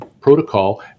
protocol